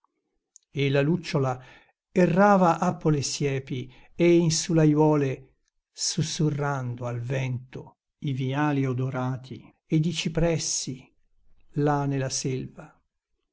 e la lucciola errava appo le siepi e in su l'aiuole susurrando al vento i viali odorati ed i cipressi là nella selva